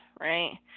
right